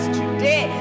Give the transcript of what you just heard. today